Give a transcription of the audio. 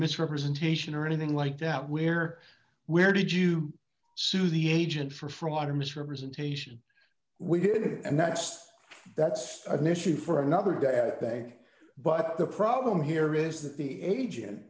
misrepresentation or anything like that where where did you sue the agent for fraud or misrepresentation we did and that's that's an issue for another day at bay but the problem here is that the agent